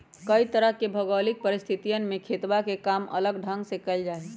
कई तरह के भौगोलिक परिस्थितियन में खेतवा के काम अलग ढंग से कइल जाहई